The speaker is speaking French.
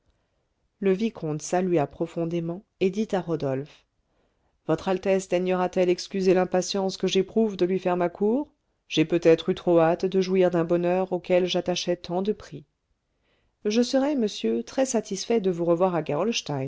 le vicomte salua profondément et dit à rodolphe votre altesse daignera t elle excuser l'impatience que j'éprouve de lui faire ma cour j'ai peut-être eu trop hâte de jouir d'un bonheur auquel j'attachais tant de prix je serai monsieur très-satisfait de vous revoir